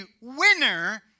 winner